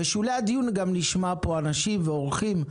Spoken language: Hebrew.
בשולי הדיון גם נשמע פה אנשים ואורחים,